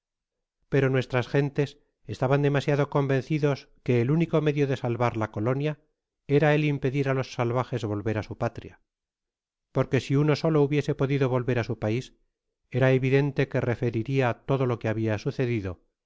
pero nuestras gentes estaban demasiado convencidos que el único medio de salvar la colonia era el impedir los salvajes volver á su patria porque si uno solo hubiese podido volver á su pais era evidente que referiria todo lo que habia sucedido